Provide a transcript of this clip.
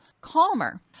calmer